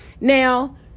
Now